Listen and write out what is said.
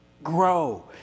Grow